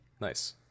Nice